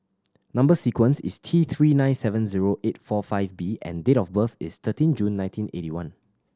number sequence is T Three nine seven zero eight four five B and date of birth is thirteen June nineteen eighty one